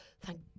thank